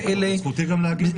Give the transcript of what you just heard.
אבל זכותי גם להגיב אליהן.